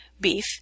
beef